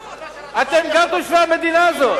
אתם גם תושבי המדינה הזאת.